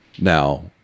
Now